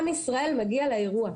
עם ישראל מגיע לאירוע,